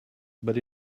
but